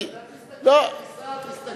כי, אם אתה תסתכל, תיסע, תסתכל.